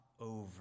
over